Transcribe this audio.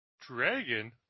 Dragon